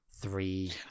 Three